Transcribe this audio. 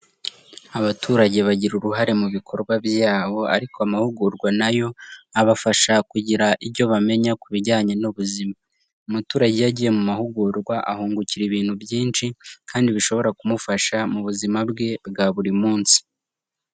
Abaturage bagira uruhare mu bikorwa byabo ariko amahugurwa na yo abafasha kugira icyo bamenya ku bijyanye n'ubuzima, umuturage iyo agiye mu mahugurwa ahungukira ibintu byinshi kandi bishobora kumufasha mu buzima bwe bwa buri munsi.